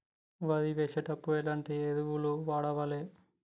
వరి వేసినప్పుడు ఎలాంటి ఎరువులను వాడాలి?